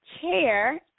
Chair